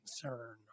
concern